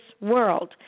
world